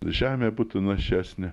žemė būtų našesnė